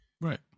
right